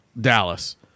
Dallas